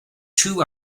two